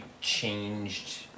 changed